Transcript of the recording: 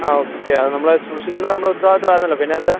ആ ഓക്കെ അത് നമ്മൾ സൂക്ഷിക്കേണ്ട നമ്മളെ ഉത്തരവാദിത്വമായിരുന്നല്ലോ പിന്നെ അത്